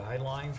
guidelines